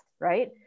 right